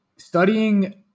Studying